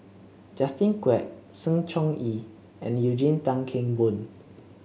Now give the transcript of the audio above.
Justin Quek Sng Choon Yee and Eugene Tan Kheng Boon